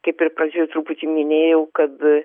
kaip ir pradžioj truputį minėjau kad